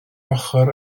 ochr